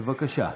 בבקשה.